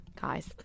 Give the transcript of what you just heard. guys